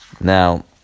Now